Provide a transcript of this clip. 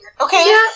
okay